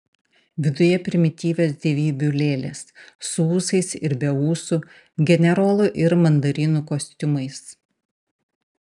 viduje primityvios dievybių lėlės su ūsais ir be ūsų generolų ir mandarinų kostiumais